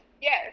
yes